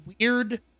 weird